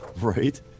Right